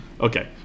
Okay